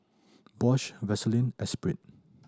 Bosch Vaseline Espirit